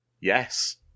yes